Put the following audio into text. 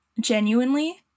genuinely